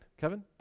kevin